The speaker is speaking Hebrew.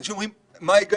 אנשים שואלים: מה ההיגיון?